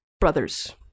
brothers